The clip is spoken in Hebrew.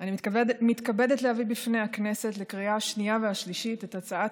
אני מתכבדת להביא בפני הכנסת לקריאה השנייה והשלישית את הצעת